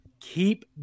keep